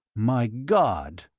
my god!